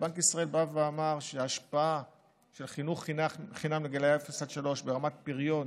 ובנק ישראל אמר שההשפעה של חינוך חינם מגיל אפס עד גיל שלוש ברמת הפריון